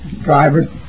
driver